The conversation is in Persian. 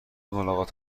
ملاقات